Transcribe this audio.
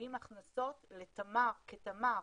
מניבים הכנסות לתמר כתמר,